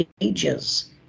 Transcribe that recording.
Ages